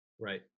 Right